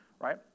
right